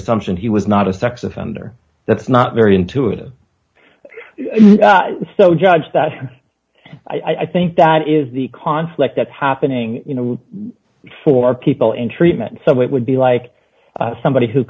assumption he was not a sex offender that's not very intuitive so judge that i think that is the conflict that's happening you know for people in treatment so it would be like somebody who